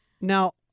Now